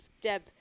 Deb